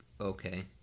okay